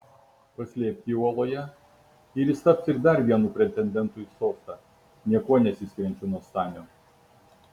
paslėpk jį uoloje ir jis taps tik dar vienu pretendentu į sostą niekuo nesiskiriančiu nuo stanio